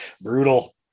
brutal